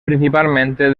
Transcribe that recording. principalmente